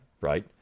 Right